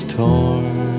torn